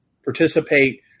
participate